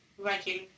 Viking